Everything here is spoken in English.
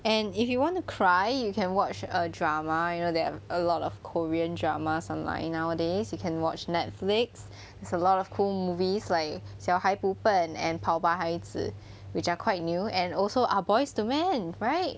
and if you want to cry you can watch a drama you know they've a lot of korean dramas online nowadays you can watch netflix there's a lot of cool movies 小孩不笨 and 跑吧孩子 which are quite new and also ah boys to men right